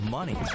Money